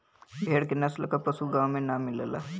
भेड़ के नस्ल क पशु गाँव में ना मिलला